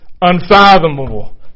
unfathomable